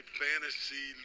fantasy